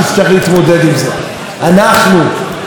אנחנו נצטרך להתמודד עם זה.